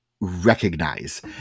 recognize